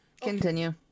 continue